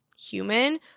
human